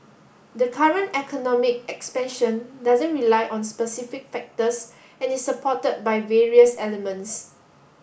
the current economic expansion doesn't rely on specific factors and is supported by various elements